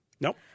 Nope